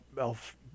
elf